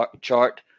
chart